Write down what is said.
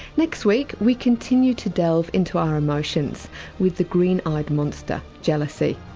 next week we continue to delve into our emotions with the green-eyed monster jealousy.